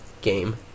game